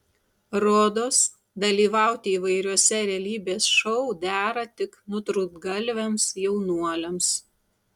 rodos dalyvauti įvairiuose realybės šou dera tik nutrūktgalviams jaunuoliams